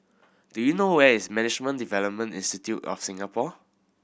do you know where is Management Development Institute of Singapore